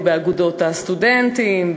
באגודות הסטודנטים,